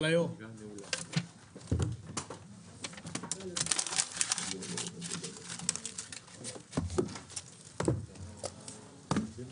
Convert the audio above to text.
הישיבה ננעלה בשעה 11:10.